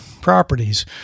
properties